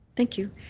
thank you.